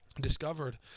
discovered